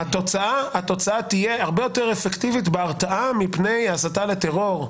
התוצאה תהיה הרבה יותר אפקטיבית בהרתעה מפני הסתה לטרור,